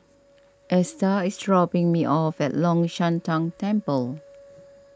Esta is dropping me off at Long Shan Tang Temple